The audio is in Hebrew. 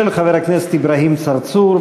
של חבר הכנסת אברהים צרצור,